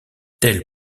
telle